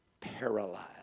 Paralyzed